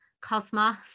cosmos